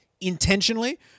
intentionally